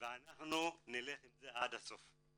ואנחנו נלך עם זה עד הסוף,